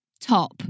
top